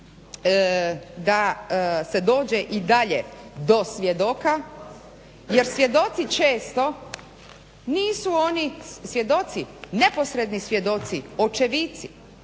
da se dođe i dalje do svjedoka, jer svjedoci često nisu oni svjedoci, neposredni svjedoci, očevici